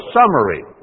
summary